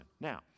Now